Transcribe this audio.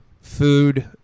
Food